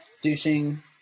douching